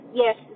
yes